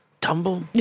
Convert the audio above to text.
tumble